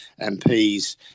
MPs